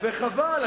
חבל,